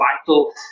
vital